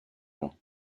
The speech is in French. jean